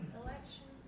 election